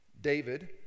David